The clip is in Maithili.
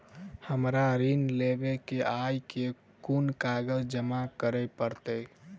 हमरा ऋण लेबै केँ अई केँ कुन कागज जमा करे पड़तै?